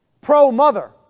pro-mother